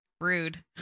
rude